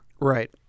Right